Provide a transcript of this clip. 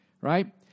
Right